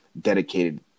dedicated